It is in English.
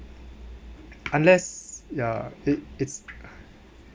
unless ya it it's